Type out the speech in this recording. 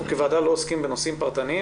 אנחנו כוועדה לא עוסקים בנושאים פרטניים